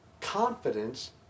confidence